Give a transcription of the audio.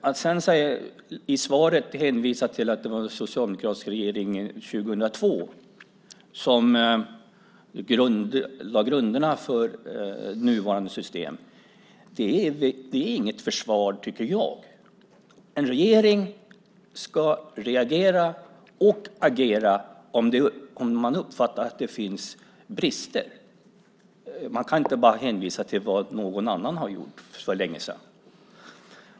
Att i svaret hänvisa till att det var en socialdemokratisk regering som 2002 lade grunderna för nuvarande system är inget försvar. En regering ska reagera och agera om man uppfattar att det finns brister. Man kan inte bara hänvisa till vad någon annan har gjort för länge sedan.